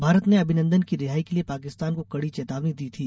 भारत ने अभिनन्दन की रिहाई के लिये पाकिस्तान को कड़ी चेतावनी दी थी